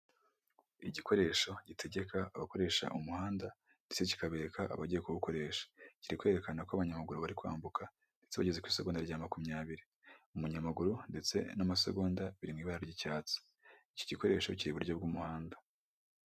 Igikoresho gitegeka abakoresha umuhanda ndetse kikabereka abagiye kuwukoresha, kiri kwerekana ko abanyamaguru bari kwambuka ndetse bageze ku isegonda rya makumyabiri. Umunyamaguru ndetse n'amasegonda biri mu ibara ry'icyatsi iki gikoresho ki iburyo bw'umuhanda.